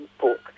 book